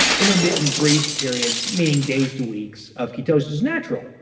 intermittent brief periods, meaning days to weeks, of ketosis is natural.